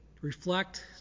reflect